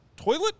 Toilet